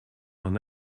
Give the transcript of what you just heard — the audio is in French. d’en